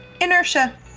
Inertia